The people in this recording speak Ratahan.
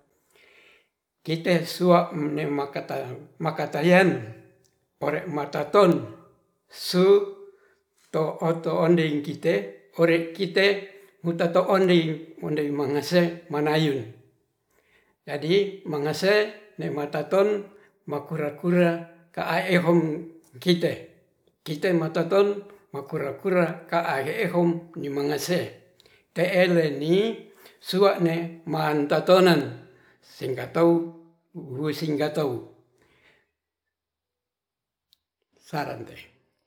Kite sua'ne maka makatalian ore makaton suu to oto ondei kite ore kite mutato ondei, ondei mangasei manayun jadi mangase ne martaton makura-kura ka'a ehong kite mataton makura-kura ka'a ehong nimangase te'e lenni sua'ne manta tonan singkatou wue singkatou sarante